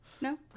No